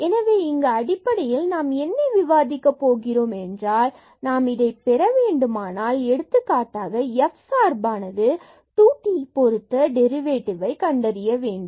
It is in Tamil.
எனவே இங்கு அடிப்படையில் நாம் என்ன விவாதிக்கப் போகிறோம் என்றால் நாம் இதை பெறவேண்டுமானால் எடுத்துக்காட்டாக f சார்பானது 2t பொருத்து டெரிவேட்டிவ்வை கண்டறிய வேண்டும்